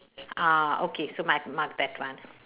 ah okay so my my bad one